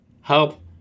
help